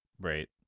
Right